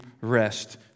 rest